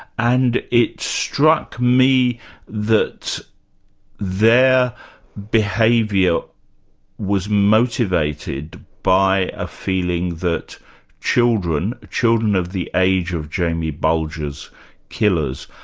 and it struck me that their behaviour was motivated by a feeling that children, children of the age of jamie bulger's killers,